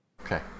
Okay